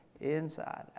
inside